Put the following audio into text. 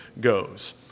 goes